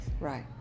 Right